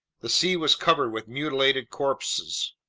the sea was covered with mutilated corpses.